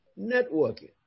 networking